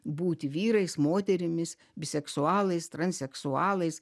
būti vyrais moterimis biseksualais transseksualais